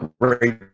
great